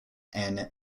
and